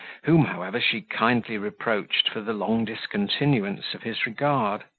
whom, however, she kindly reproached for the long discontinuance of his regard.